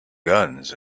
guns